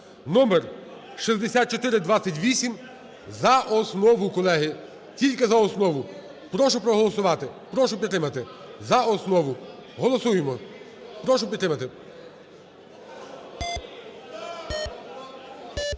(№ 6428). За основу, колеги. Тільки за основу. Прошу проголосувати. Прошу підтримати за основу. Голосуємо. Прошу підтримати.